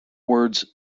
words